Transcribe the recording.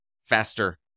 faster